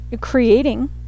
creating